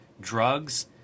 drugs